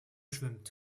schwimmt